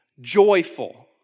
joyful